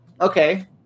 Okay